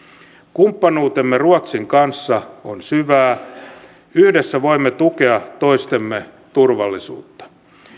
kumppanuutemme ruotsin kanssa on syvää yhdessä voimme tukea toistemme turvallisuutta